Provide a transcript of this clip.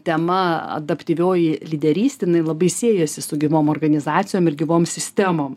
tema adaptyvioji lyderystė labai siejasi su gyvom organizacijom ir gyvom sistemom